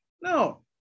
No